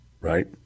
right